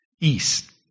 east